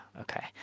okay